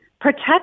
protect